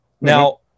Now